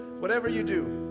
whatever you do.